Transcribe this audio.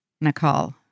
Nicole